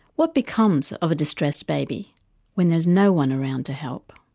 what becomes of a distressed baby when there's no one around to help?